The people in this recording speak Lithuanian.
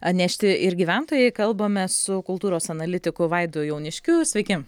atnešti ir gyventojai kalbame su kultūros analitiku vaidu jauniškiu sveiki